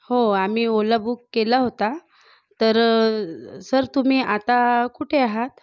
हो आम्ही ओला बुक केला होता तर सर तुम्ही आता कुठे आहात